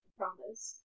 promise